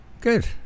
Good